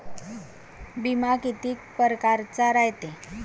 बिमा कितीक परकारचा रायते?